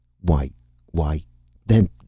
Why—why—then